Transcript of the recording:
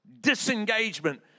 disengagement